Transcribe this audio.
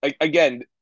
again